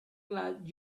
glad